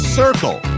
circle